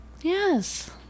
Yes